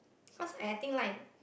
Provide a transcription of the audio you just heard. because I I think like